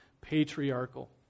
patriarchal